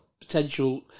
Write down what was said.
potential